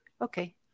Okay